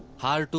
heart.